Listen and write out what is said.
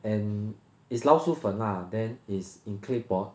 and it's 老鼠粉 lah then it's in claypot